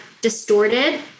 distorted